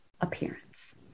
appearance